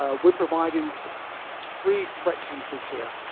ah we're providing free fret entries here.